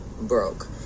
broke